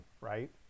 right